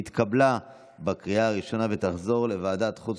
התקבלה בקריאה הראשונה ותחזור לוועדת החוץ